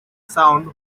sound